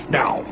now